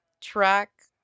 track